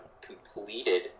completed